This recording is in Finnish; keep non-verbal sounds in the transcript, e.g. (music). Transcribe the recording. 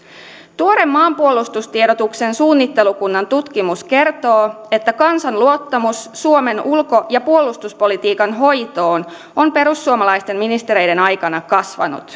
tuore maanpuolustustiedotuksen suunnittelukunnan tutkimus kertoo että kansan luottamus suomen ulko ja puolustuspolitiikan hoitoon on perussuomalaisten ministereiden aikana kasvanut (unintelligible)